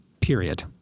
Period